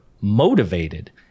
motivated